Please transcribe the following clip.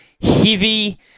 heavy